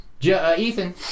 Ethan